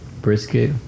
brisket